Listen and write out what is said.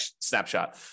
snapshot